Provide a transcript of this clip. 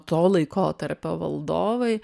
to laikotarpio valdovai